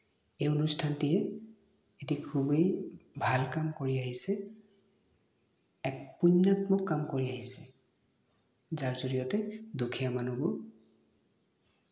এই অনুষ্ঠানটিয়ে এটি খুবেই ভাল কাম কৰি আহিছে এক পুণ্যাত্মক কাম কৰি আহিছে যাৰ জড়িয়তে দুখীয়া মানুহবোৰ